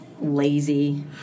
lazy